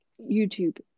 YouTube